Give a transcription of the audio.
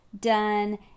done